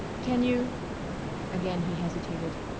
can you again he hesitated.